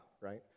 right